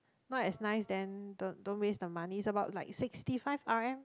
not as nice then to waste the money it's about like sixty five R_M